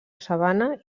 sabana